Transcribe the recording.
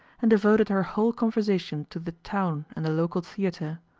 and devoted her whole conversation to the town and the local theatre.